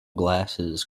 glasses